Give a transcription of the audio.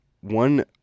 one